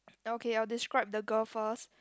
okay I'll describe the girl first